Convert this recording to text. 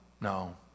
no